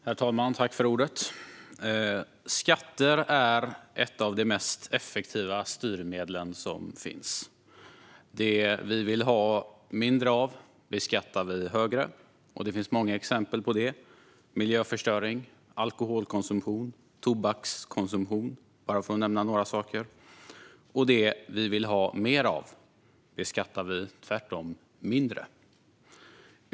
Herr talman! Skatter är ett av de mest effektiva styrmedel som finns. Det vi vill ha mindre av beskattar vi högre, och det finns många exempel på det, till exempel miljöförstöring, alkoholkonsumtion och tobakskonsumtion - för att nämna några. Det vi vill ha mer av beskattar vi tvärtom mindre.